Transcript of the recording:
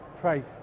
price